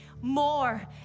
more